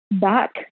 back